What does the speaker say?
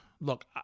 look